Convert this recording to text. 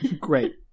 Great